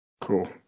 Cool